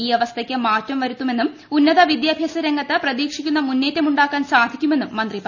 ഈ അവസ്ഥക്ക് മാറ്റംവരുമെന്നും ഉന്നത് പ്രിദ്യാഭ്യാസരംഗത്ത് പ്രതീക്ഷിക്കുന്ന മുന്നേറ്റമുണ്ടാക്കാൻ സ്ട്രിധിക്കുമെന്നും മന്ത്രി പറഞ്ഞു